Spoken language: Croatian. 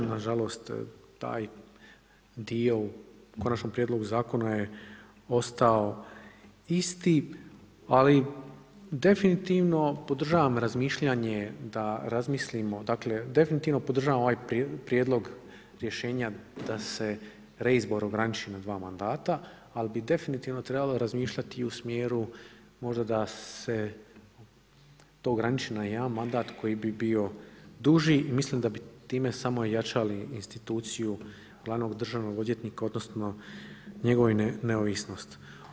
Nažalost, taj dio u Konačnom prijedlogu Zakona je ostao isti, ali definitivno podržavam razmišljanje da razmislimo dakle, definitivno podržavam ovaj prijedlog rješenja da se reizbor ograniči na dva mandata, ali bi definitivno trebalo razmišljati i u smjeru možda da se to ograniči na jedan mandat koji bi bio duži, mislim da bi time samo jačali instituciju glavnog državnog odvjetnika odnosno njegovu neovisnost.